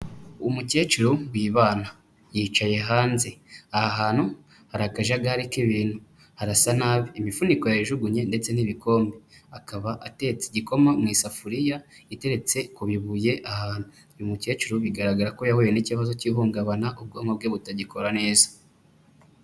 Umukecuru wibana, yicaye hanze. Aha hantu hari akajagari k'ibintu arasa nabi, imifuniko yayijugunye ndetse n'ibikombe, akaba atetse igikoma mu isafuriya iteretse ku bibuye ahantu. Uyu mukecuru bigaragara ko yahuye n'ikibazo cy'ihungabana, ubwonko bwe butagikora neza.